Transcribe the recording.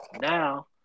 Now